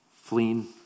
fleeing